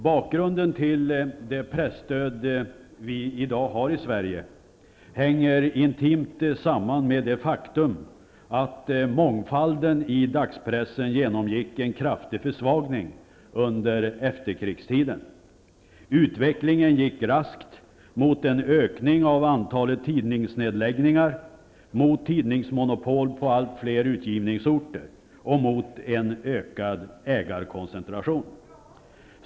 Bakgrunden till det presstöd vi i dag har i Sverige hänger intimt samman med det faktum att mångfalden i dagspressen genomgick en kraftig försvagning under efterkrigstiden. Utvecklingen gick raskt mot en ökning av antalet tidningsnedläggningar, mot tidingsmonopol på allt fler utgivningsorter och mot en ökad ägarkoncentration.